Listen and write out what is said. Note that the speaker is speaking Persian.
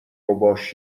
ﺧﻮﺭﺩﯾﻢ